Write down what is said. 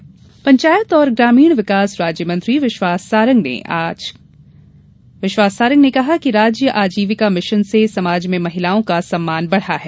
आजीविका मिशन पंचायत और ग्रामीण विकास राज्य मंत्री विश्वास सांरग ने कहा है कि राज्य आजीविका मिशन से समाज में महिलाओं का सम्मान बढ़ा है